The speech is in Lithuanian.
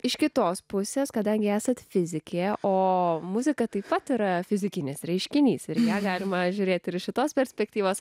iš kitos pusės kadangi esate fizikė o muzika taip pat yra fizikinis reiškinys ir ją galima įžiūrėti ir šitos perspektyvos